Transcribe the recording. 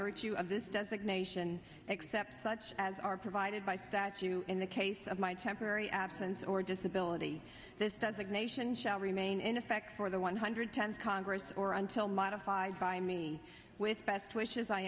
virtue of this designation except such as are provided by statute in the case of my temporary absence or disability this does that nation shall remain in effect for the one hundred tenth congress or until modified by me with best wishes